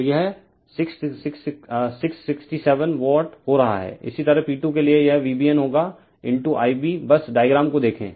तो यह 667 वाट हो रहा है इसी तरह P2 के लिए यह VBN होगाIb बस डायग्राम को देखें